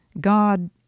God